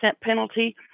penalty